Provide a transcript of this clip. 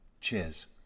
Cheers